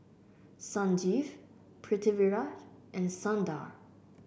Sanjeev Pritiviraj and Sundar